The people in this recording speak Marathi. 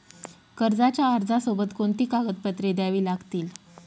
कर्जाच्या अर्जासोबत कोणती कागदपत्रे द्यावी लागतील?